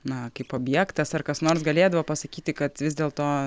na kaip objektas ar kas nors galėdavo pasakyti kad vis dėlto